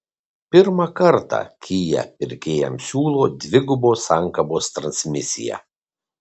pirmą kartą kia pirkėjams siūlo dvigubos sankabos transmisiją